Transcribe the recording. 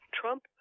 Trump